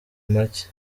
make